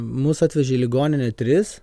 mus atvežė į ligoninę tris